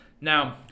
Now